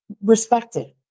respected